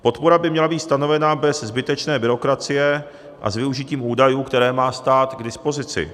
Podpora by měla být stanovena bez zbytečné byrokracie a s využitím údajů, které má stát k dispozici.